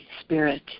Spirit